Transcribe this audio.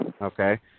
Okay